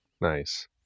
Nice